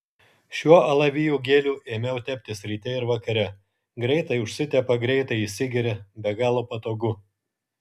šiuo alavijų geliu ėmiau teptis ryte ir vakare greitai užsitepa greitai įsigeria be galo patogu